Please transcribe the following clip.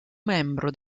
membro